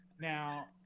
Now